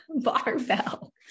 barbell